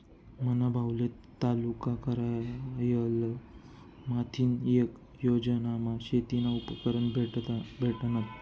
मना भाऊले तालुका कारयालय माथीन येक योजनामा शेतीना उपकरणं भेटनात